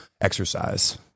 exercise